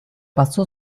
pasó